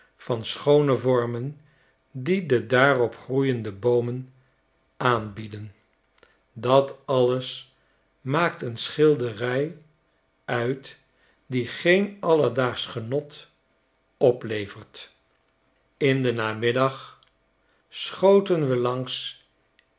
dat alles maakt een schilderij uit die geen alledaagsch genot oplevert in den namiddag schoten we langs